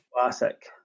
classic